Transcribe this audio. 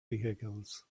vehicles